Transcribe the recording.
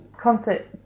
concert